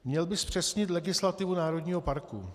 Měl by zpřesnit legislativu národního parku.